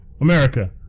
America